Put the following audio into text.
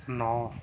ନଅ